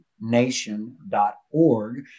nation.org